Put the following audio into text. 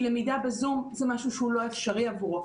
כי למידה בזום זה משהו שהוא לא אפשרי עבורו.